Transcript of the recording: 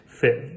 fit